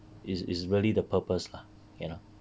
it's it's really the purpose lah you know